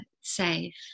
Safe